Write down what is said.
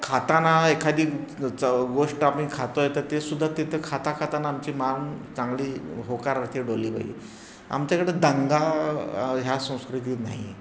खाताना एखादी च गोष्ट आम्ही खातो आहे तर ते सुद्धा तिथं खाता खाताना आमची मान चांगली होकारार्थी डोलली पाहिजे आमच्याकडे दंगा ह्या संस्कृती नाही आहे